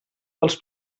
dels